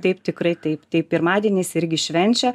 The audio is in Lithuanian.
taip tikrai taip tai pirmadieniais irgi švenčia